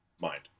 mind